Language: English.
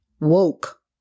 woke